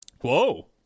Whoa